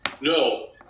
No